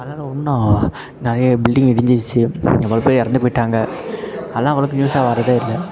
அதனால் ஒன்றும் நிறைய பில்டிங் இடிஞ்சிடுச்சி அவ்வளோ பேர் இறந்து போய்விட்டாங்க அதெல்லாம் அவ்வளோக்கு நியூஸாக வர்றதே இல்லை